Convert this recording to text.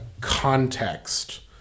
context